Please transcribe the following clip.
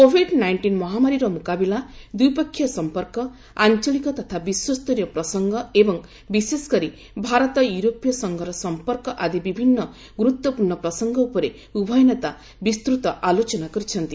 Covid nineteen ମହାମାରୀର ମୁକାବିଲା ଦ୍ୱିପକ୍ଷୀୟ ସଂପର୍କ ଆଞ୍ଚଳିକ ତଥା ବିଶ୍ୱସ୍ତରୀୟ ପ୍ରସଙ୍ଗ ଏବଂ ବିଶେଷକରି ଭାରତ ୟୁରୋପୀୟ ସଂଘର ସଂପର୍କ ଆଦି ବିଭିନ୍ନ ଗୁରୁତ୍ୱପୂର୍ଣ୍ଣ ପ୍ରସଙ୍ଗ ଉପରେ ଉଭୟ ନେତା ବିସ୍ତୃତ ଆଲୋଚନା କରିଛନ୍ତି